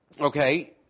okay